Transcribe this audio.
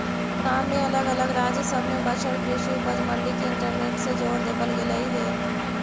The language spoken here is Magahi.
ईनाम में अलग अलग राज्य सब में बसल कृषि उपज मंडी के इंटरनेट से जोड़ देबल गेलई हे